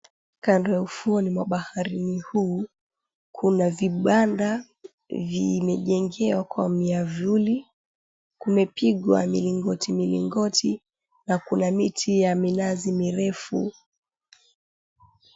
Kando ya ufuoni mwa baharini huu kuna vibanda vimejengewa kwa miavuli. Kumepigwa milingoti milingoti. Na kuna miti ya minazi mirefu.